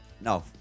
No